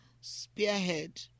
spearhead